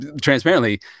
Transparently